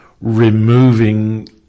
removing